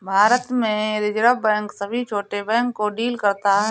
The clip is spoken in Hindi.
भारत में रिज़र्व बैंक सभी छोटे बैंक को डील करता है